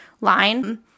line